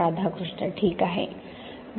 राधाकृष्ण ठीक आहे डॉ